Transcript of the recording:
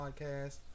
podcast